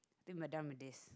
I think we are done with this